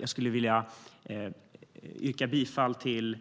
Jag skulle vilja yrka bifall till